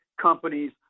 companies